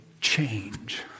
change